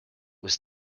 was